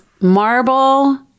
marble